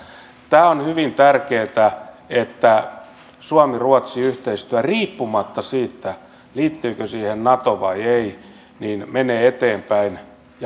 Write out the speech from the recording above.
tämä on hyvin tärkeätä että suomiruotsi yhteistyö riippumatta siitä liittyykö siihen nato vai ei menee eteenpäin ja myös syvenee